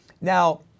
Now